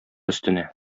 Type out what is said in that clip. өстенә